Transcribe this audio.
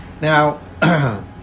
Now